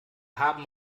haben